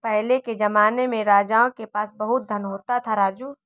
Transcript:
पहले के जमाने में राजाओं के पास बहुत धन होता था, राजू